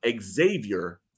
Xavier